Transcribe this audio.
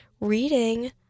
reading